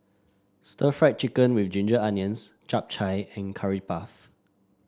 Stir Fried Chicken with Ginger Onions Chap Chai and Curry Puff